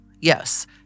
Yes